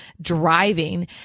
driving